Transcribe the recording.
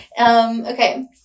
Okay